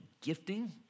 gifting